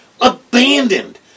Abandoned